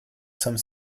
some